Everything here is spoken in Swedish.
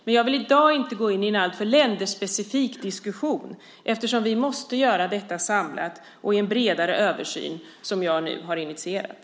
Men jag vill i dag inte gå in i alltför en länderspecifik diskussion, eftersom vi måste göra detta samlat och i en bredare översyn, som jag nu har initierat.